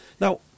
Now